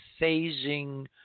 phasing